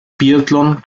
biathlon